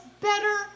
better